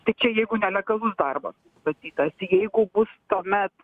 tai čia jeigu nelegalus darbas nustatytas jeigu bus tuomet